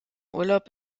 urlaub